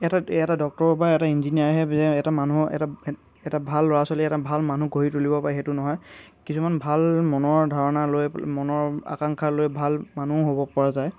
এটা এটা ডক্টৰ বা এটা ইঞ্জিনিয়াৰহে যে এটা মানুহ এটা এটা ভাল ল'ৰা ছোৱালী এটা ভাল মানুহ গঢ়ি তুলিব পাৰি সেইটো নহয় কিছুমান ভাল মনৰ ধাৰণা লৈ মনৰ আকাংক্ষা লৈ ভাল মানুহ হ'ব পৰা যায়